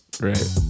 right